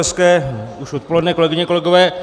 Hezké už odpoledne, kolegyně, kolegové.